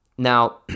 Now